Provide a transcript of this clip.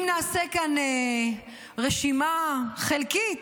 אם נעשה כאן רשימה חלקית,